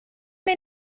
may